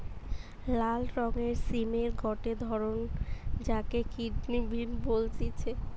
লাল রঙের সিমের গটে ধরণ যাকে কিডনি বিন বলতিছে